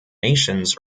nations